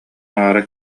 аҥаара